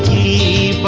e